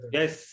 yes